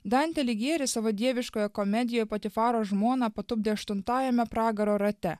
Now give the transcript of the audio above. dantę ligieri savo dieviškoje komedijoje patifaro žmona patupdė aštuntajame pragaro rate